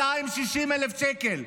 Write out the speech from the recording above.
260,000 שקל.